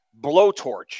blowtorch